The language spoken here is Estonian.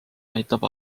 näitab